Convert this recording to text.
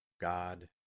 God